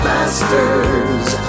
Masters